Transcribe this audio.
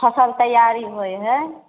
फसल तैयारी होइ हय